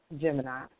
Gemini